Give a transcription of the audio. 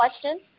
question